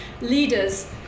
leaders